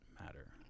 matter